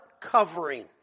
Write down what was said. covering